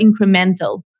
incremental